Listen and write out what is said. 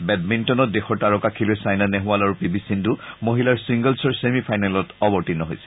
বেডমিণ্টনত দেশৰ তাৰকা খেলুৱৈ চাইনা নেহৱাল আৰু পি ভি সিদ্ধু মহিলাৰ ছিংগলছৰ ছেমি ফাইনেলত অৱতীৰ্ণ হব